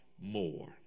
more